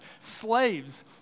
slaves